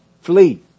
flee